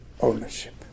ownership